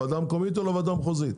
לוועדה המקומית או לוועדה המחוזית?